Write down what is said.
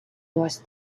was